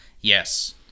Yes